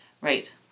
Right